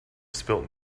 spilt